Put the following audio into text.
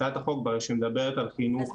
הצעת החוק שמדברת על חינוך חינם.